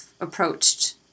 approached